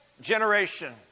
generation